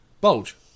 Bulge